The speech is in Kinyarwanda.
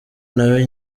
nawe